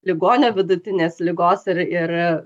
ligonio vidutinės ligos ar ir